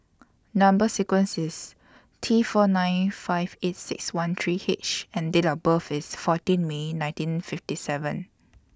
Number sequence IS T four nine five eight six one three H and Date of birth IS fourteen May nineteen fifty seven